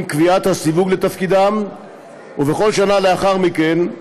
עם קביעת הסיווג לתפקידם ובכל שנה לאחר מכן,